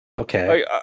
okay